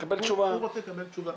הוא רוצה לקבל תשובה.